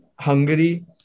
Hungary